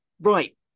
Right